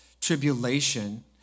tribulation